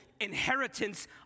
inheritance